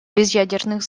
безъядерных